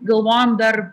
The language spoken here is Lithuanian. galvojam dar